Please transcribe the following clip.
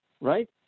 right